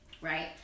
right